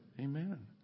Amen